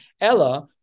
Ella